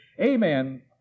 amen